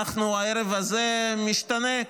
הערב זה משתנה.